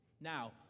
Now